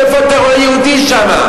איפה אתה רואה יהודי שם?